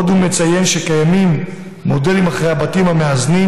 עוד הוא מציין שמתקיים מעקב אחר מודל הבתים המאזנים.